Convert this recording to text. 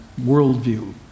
worldview